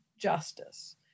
justice